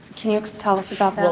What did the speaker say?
can you tell us about that?